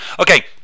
Okay